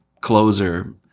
closer